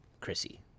Chrissy